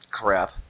crap